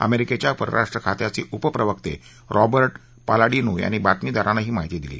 अमेरिकेच्या परराष्ट्र खात्याचे उपप्रवक्ते रॉबर्ट पालाडिनो यांनी बातमीदारांना ही माहिती दिली